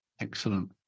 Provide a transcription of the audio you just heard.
Excellent